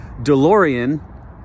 delorean